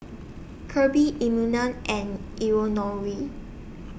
Kirby Immanuel and Eleonore